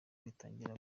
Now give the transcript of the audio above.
kwitangira